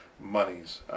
monies